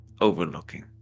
overlooking